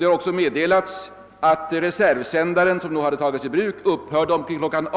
Det har också meddelats att reservsändaren, som därvid togs i bruk, upphörde att fungera omkring kl.